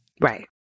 Right